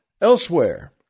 elsewhere